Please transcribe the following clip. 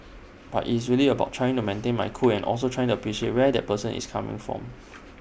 but IT is really about trying to maintain my cool and also trying to appreciate where that person is coming from